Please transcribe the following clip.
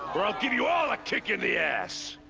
or i'll give you all a kick in the ass!